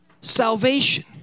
Salvation